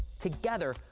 together,